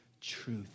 truth